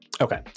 Okay